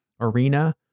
arena